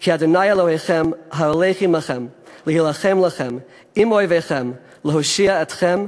'כי ה' אלוהיכם ההולך עמכם להילחם לכם עם אויביכם להושיע אתכם'.